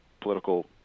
political